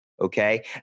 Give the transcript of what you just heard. okay